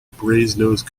brasenose